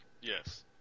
Yes